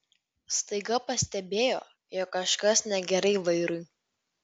staiga pastebėjo jog kažkas negerai vairui